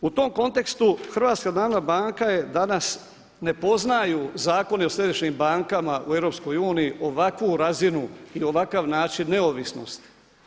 U tom kontekstu HNB je danas, ne poznaju zakoni o središnjim bankama u EU ovakvu razinu i ovakav način neovisnosti.